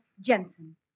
Jensen